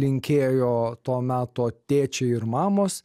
linkėjo to meto tėčiai ir mamos